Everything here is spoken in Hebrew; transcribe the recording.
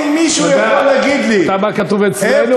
אם מישהו יכול להגיד לי, אתה יודע מה כתוב אצלנו?